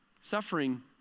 suffering